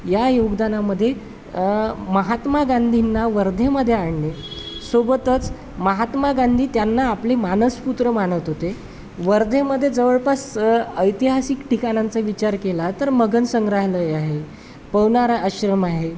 या योगदानामध्ये महात्मा गांधींना वर्धेमध्ये आणले सोबतच महात्मा गांधी त्यांना आपली मानसपुत्र मानत होते वर्धेमध्ये जवळपास ऐतिहासिक ठिकाणांचा विचार केला तर मगन संग्रहालय आहे पवनार आश्रम आहे